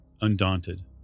undaunted